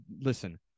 listen